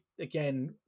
again